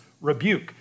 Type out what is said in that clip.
rebuke